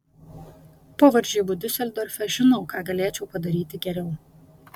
po varžybų diuseldorfe žinau ką galėčiau padaryti geriau